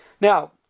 Now